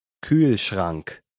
Kühlschrank